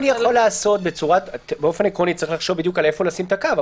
צריך לחשוב בדיוק איפה לשים את הקו,